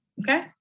Okay